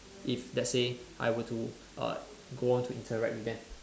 if let's say I were to uh go on to interact with them